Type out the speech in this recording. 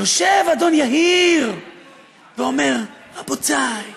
יושב אדון יהיר ואומר: רבותיי,